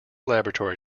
laboratory